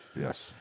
Yes